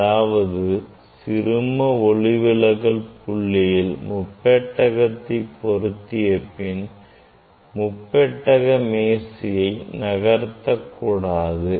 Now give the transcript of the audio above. அதாவது சிறும ஒளிவிலகல் புள்ளியில் முப்பெட்டகத்தை பொருத்திய பின் முப்பெட்டக மேசையை நகர்த்தக் கூடாது